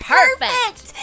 perfect